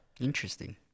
Interesting